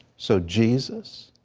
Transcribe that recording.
so jesus,